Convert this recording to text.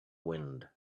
wind